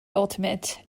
ultimate